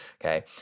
okay